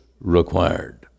required